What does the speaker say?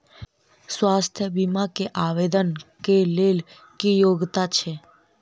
स्वास्थ्य बीमा केँ आवेदन कऽ लेल की योग्यता छै?